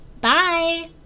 Bye